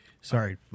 Sorry